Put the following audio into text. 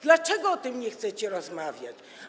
Dlaczego o tym nie chcecie rozmawiać?